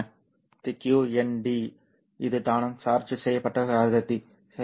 கட்டண அடர்த்தி qNd இது தானம் சார்ஜ் செய்யப்பட்ட அடர்த்தி சரி